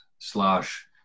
slash